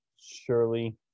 surely